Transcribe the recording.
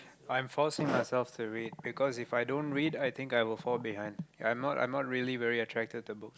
I'm forcing myself to read because If i don't read I think I will fall behind I'm not I'm not really very attracted to books